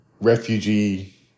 refugee